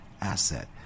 asset